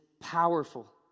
powerful